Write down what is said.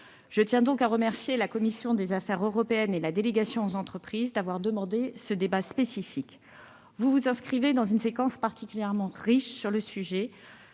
Je tiens donc à remercier la commission des affaires européennes et la délégation sénatoriale aux entreprises d'avoir demandé ce débat spécifique. Vous vous inscrivez dans une séquence particulièrement riche sur le sujet.